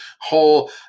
whole